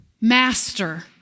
master